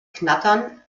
knattern